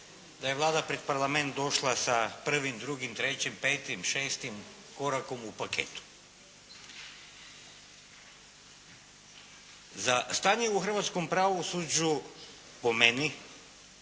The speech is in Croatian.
da je Vlada pred Parlament došla sa 1., 2., 3., 5., 6.-tim korakom u paketu. Za stanje u hrvatskom pravosuđu, po meni,